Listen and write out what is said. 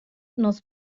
nos